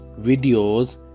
videos